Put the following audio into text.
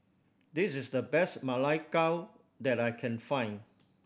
this is the best Ma Lai Gao that I can find